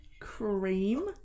cream